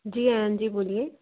जी N G बोलिए